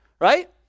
right